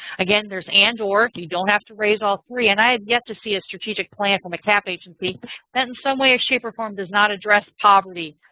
again, there's and or. you don't have to raise all three. and i have yet to see a strategic plan from a cap agency that in some way, shape or form does not address poverty,